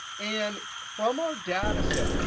and from our data set,